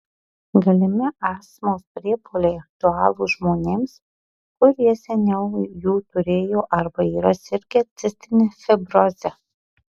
galimi astmos priepuoliai aktualūs žmonėms kurie seniau jų turėjo arba yra sirgę cistine fibroze